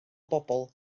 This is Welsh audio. bobl